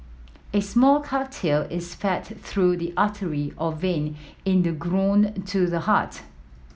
a small catheter is fed through the artery or vein in the groin to the heart